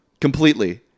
completely